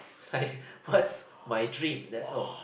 I what my dream that's all